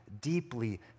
deeply